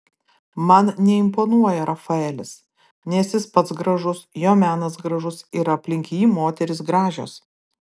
man neimponuoja rafaelis nes jis pats gražus jo menas gražus ir aplink jį moterys gražios